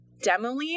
demoline